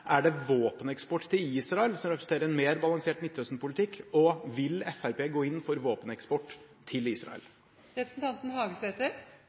Er det våpeneksport til Israel som representerer en mer balansert Midtøsten-politikk, og vil Fremskrittspartiet gå inn for våpeneksport til